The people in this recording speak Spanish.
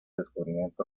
descubrimiento